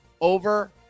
Over